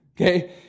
okay